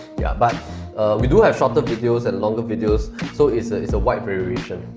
yah, but we do have shorter videos and longer videos, so it's ah it's a wide variation.